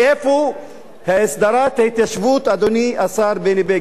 היא, איפה הסדרת ההתיישבות, אדוני השר בני בגין?